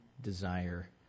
desire